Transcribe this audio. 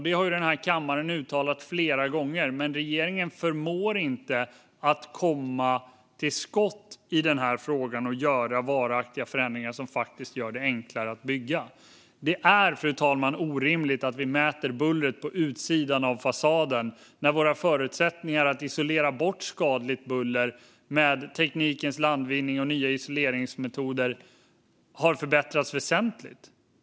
Detta har den här kammaren uttalat flera gånger, men regeringen förmår inte att komma till skott i den här frågan och göra varaktiga förändringar som faktiskt gör det enklare att bygga. Det är orimligt, fru talman, att vi mäter bullret på utsidan av fasaden när våra förutsättningar att isolera bort skadligt buller med teknikens landvinningar och nya isoleringsmetoder har förbättrats väsentligt.